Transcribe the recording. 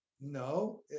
no